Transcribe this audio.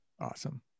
Awesome